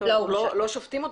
הבן אדם לא הורשע.